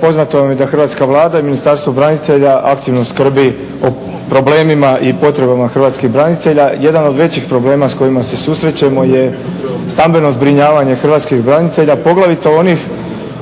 poznato vam je da Hrvatska vlada i Ministarstvo branitelja aktivno skrbi o problemima i potrebama hrvatskih branitelja. Jedan od većih problema s kojima se susrećemo je stambeno zbrinjavanje hrvatskih branitelja